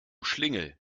schlingel